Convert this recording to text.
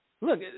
look